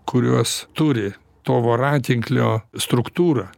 kuriuos turi to voratinklio struktūra